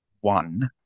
one